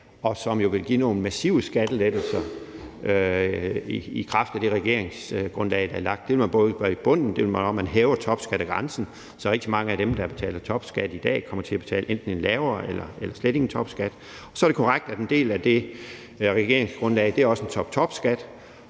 og som vil give nogle massive skattelettelser i kraft af det regeringsgrundlag, der er lagt. Det vil man både gøre i bunden, og det vil man, når man hæver topskattegrænsen, så rigtig mange af dem, der betaler topskat i dag, kommer til enten at betale en lavere eller slet ingen topskat. Så er det korrekt, at en del af det regeringsgrundlag også er en toptopskat,